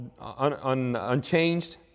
unchanged